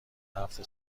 هفت